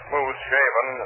Smooth-shaven